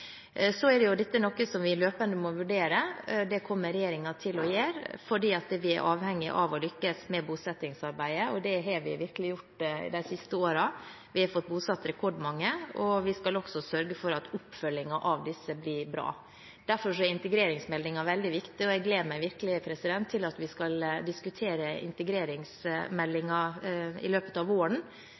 er noe vi løpende må vurdere. Det kommer regjeringen til å gjøre, fordi vi er avhengige av å lykkes med bosettingsarbeidet, og det har vi virkelig gjort de siste årene. Vi har fått bosatt rekordmange, og vi skal også sørge for at oppfølgingen av disse blir bra. Derfor er integreringsmeldingen veldig viktig. Jeg gleder meg virkelig til at vi skal diskutere den i løpet av våren,